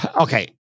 Okay